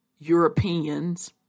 Europeans